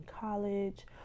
college